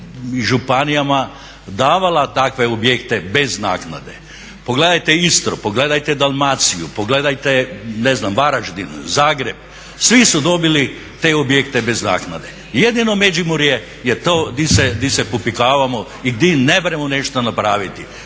i županijama davala takve objekte bez naknade. Pogledajte Istru, pogledajte Dalmaciju, pogledajte ne znam Varaždin, Zagreb, svi su dobili te objekte bez naknade. Jedino Međimurje je to gdje se popikavamo i gdje ne možemo nešto napraviti.